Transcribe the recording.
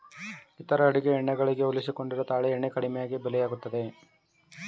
ಇತರ ಅಡುಗೆ ಎಣ್ಣೆ ಗಳಿಗೆ ಹೋಲಿಸಿಕೊಂಡರೆ ತಾಳೆ ಎಣ್ಣೆ ಕಡಿಮೆ ಬೆಲೆಯದ್ದಾಗಿದೆ